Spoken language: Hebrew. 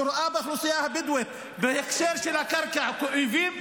שרואה באוכלוסייה הבדואית בהקשר של הקרקע כאויבים,